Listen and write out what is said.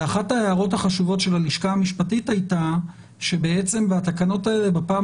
אחת ההערות החשובות של הלשכה המשפטית הייתה שבעצם בתקנות האלה בפעם